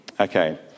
Okay